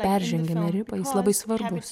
peržengiame ribą jis labai svarbus